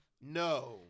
No